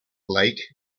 lake